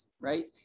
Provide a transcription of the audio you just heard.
right